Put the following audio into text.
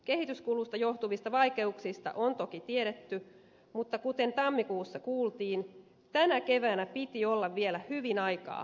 kehityskulusta johtuvista vaikeuksista on toki tiedetty mutta kuten tammikuussa kuultiin tänä keväänä piti olla vielä hyvin aikaa valmistautua tilanteeseen